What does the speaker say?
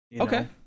okay